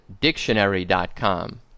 Dictionary.com